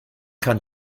kann